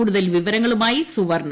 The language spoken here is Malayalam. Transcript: കൂടുതൽ വിവരങ്ങളുമായി സുവർണ